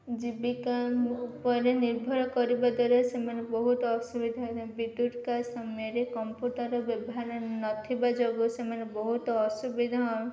ଜୀବିକା ଉପରେ ନିର୍ଭର କରିବା ଦ୍ୱାରା ସେମାନେ ବହୁତ ଅସୁବିଧା ବିଦ୍ୟୁତ କାଟ୍ ସମୟରେ କମ୍ପ୍ୟୁଟର୍ ବ୍ୟବହାର ନଥିବା ଯୋଗୁଁ ସେମାନେ ବହୁତ ଅସୁବିଧା